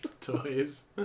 toys